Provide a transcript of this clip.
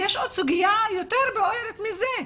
יש עוד סוגיה יותר בוערת מזה,